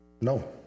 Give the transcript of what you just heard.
No